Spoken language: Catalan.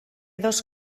dos